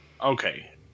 Okay